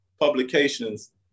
Publications